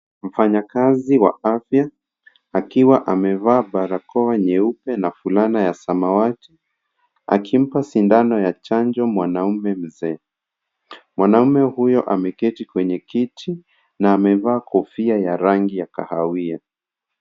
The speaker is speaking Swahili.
Mfanyakazi wa afya akiwa amevaa barakoa nyeupe na fulana ya samawati, akimpa sindano ya chanjo mwanaume mzee. Mwanaume huyo ameketi kwenye kiti na amevaa kofia ya rangi ya kahawia.